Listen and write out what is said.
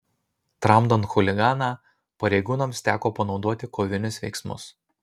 tramdant chuliganą pareigūnams teko panaudoti kovinius veiksmus